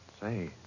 Say